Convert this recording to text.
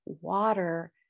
water